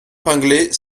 pinglet